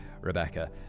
rebecca